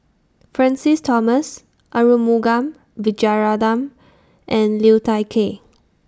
Francis Thomas Arumugam Vijiaratnam and Liu Thai Ker